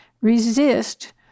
Resist